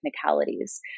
technicalities